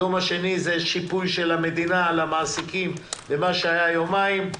היום השני הוא שיפוי של המדינה למעסיקים במה שהיה יומיים,